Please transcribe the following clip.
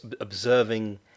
observing